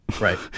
right